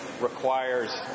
requires